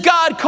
God